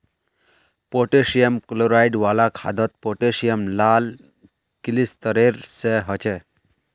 potassium chloride वाला खादोत potassium लाल क्लिस्तेरेर सा होछे